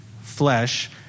flesh